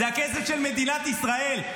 זה הכסף של מדינת ישראל.